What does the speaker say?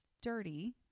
dirty